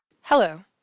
Hello